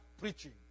preaching